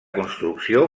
construcció